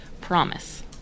promise